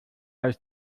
ist